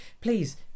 Please